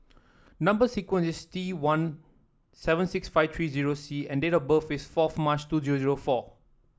number sequence is T one seven six five three eight zero C and date of birth is fourth March two zero zero four